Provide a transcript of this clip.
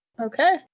okay